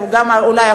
ואולי,